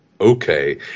okay